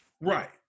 Right